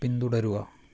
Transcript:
പിന്തുടരുക